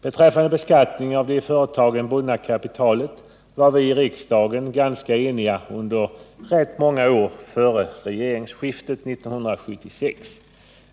Beträffande beskattningen av det i företagen bundna kapitalet var vi ganska eniga i riksdagen under rätt många år före regeringsskiftet 1976.